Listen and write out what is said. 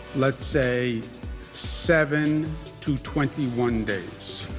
let's say seven to twenty one days.